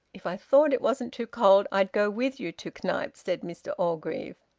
if i thought it wasn't too cold, i'd go with you to knype, said mr orgreave.